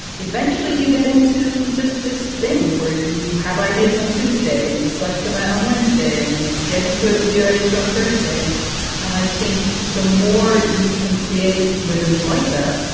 eventually you get into just this thing where you have ideas on tuesday and you fleshed them out on wednesday and you get into it with your editor on thursday. and and i think the more you can create rhythms like that.